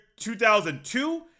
2002